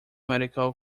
medical